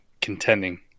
contending